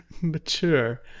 Mature